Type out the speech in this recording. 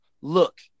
look